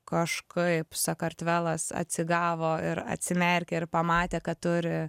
kažkaip sakartvelas atsigavo ir atsimerkė ir pamatė kad turi